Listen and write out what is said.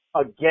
again